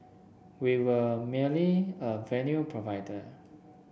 we were merely a venue provider